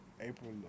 April